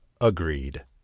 agreed